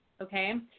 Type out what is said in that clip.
okay